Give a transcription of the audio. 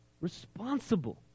responsible